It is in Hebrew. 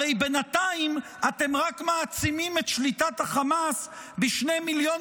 הרי בינתיים אתם רק מעצימים את שליטת חמאס ב-2 מיליון